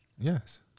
Yes